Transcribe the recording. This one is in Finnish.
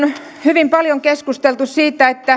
hyvin paljon keskusteltu siitä